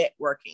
networking